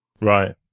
Right